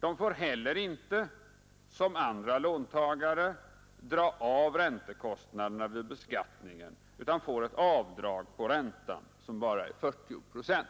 De får heller inte, som andra låntagare, dra av räntekostnaderna vid beskattningen utan får ett avdrag på räntan som bara är 40 procent.